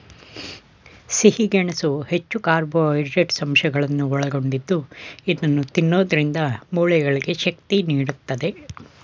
ಸಿಹಿ ಗೆಣಸು ಹೆಚ್ಚು ಕಾರ್ಬೋಹೈಡ್ರೇಟ್ಸ್ ಅಂಶಗಳನ್ನು ಒಳಗೊಂಡಿದ್ದು ಇದನ್ನು ತಿನ್ನೋದ್ರಿಂದ ಮೂಳೆಗೆ ಶಕ್ತಿ ನೀಡುತ್ತದೆ